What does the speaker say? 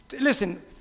Listen